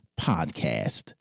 podcast